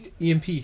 EMP